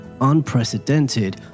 unprecedented